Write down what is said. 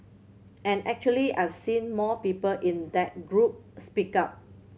and actually I've seen more people in that group speak up